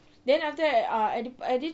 then after that at at this point